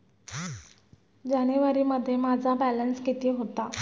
जानेवारीमध्ये माझा बॅलन्स किती होता?